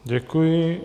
Děkuji.